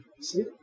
See